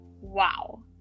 wow